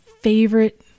favorite